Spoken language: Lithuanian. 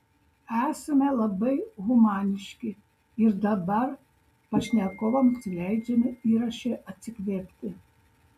esame labai humaniški ir dabar pašnekovams leidžiame įraše atsikvėpti